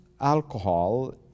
alcohol